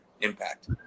impact